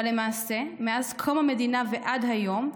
אבל למעשה, מאז קום המדינה ועד היום,